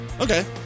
okay